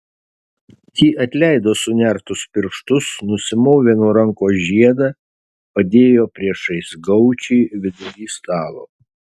ji atleido sunertus pirštus nusimovė nuo rankos žiedą padėjo priešais gaučį vidury stalo